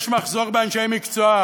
יש מחסור באנשי מקצוע,